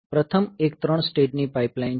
પ્રથમ એક 3 સ્ટેજની પાઇપલાઇન છે